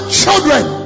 children